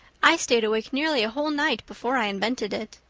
i stayed awake nearly a whole night before i invented it.